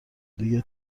دیگه